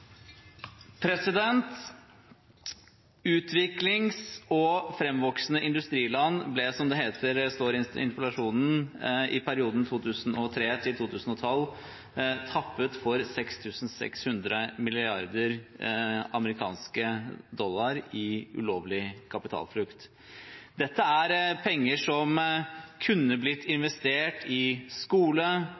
8. Utviklings- og framvoksende industriland ble, som det står i interpellasjonsteksten, i perioden 2003–2012 tappet for 6 600 mrd. amerikanske dollar i ulovlig kapitalflukt. Dette er penger som kunne blitt investert i skole,